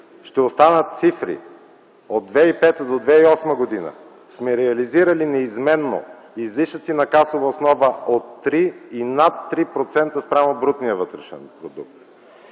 ще останат цифри: от 2005 до 2008 г. сме реализирани неизменно излишъци на касова основа от 3 и над 3% спрямо брутния вътрешен продукт.